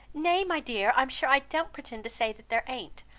nay, my dear, i'm sure i don't pretend to say that there an't.